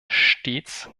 stets